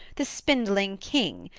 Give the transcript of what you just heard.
the spindling king,